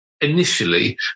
initially